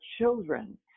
children